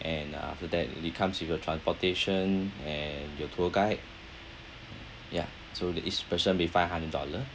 and uh after that it comes with your transportation and your tour guide yeah so the each person will be five hundred dollar